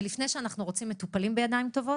ולפני שאנחנו רוצים מטופלים בידיים טובות,